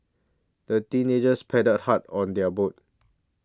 the teenagers paddled hard on their boat